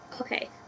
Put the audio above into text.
Okay